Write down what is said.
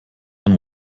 dann